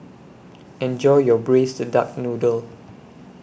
Enjoy your Braised Duck Noodle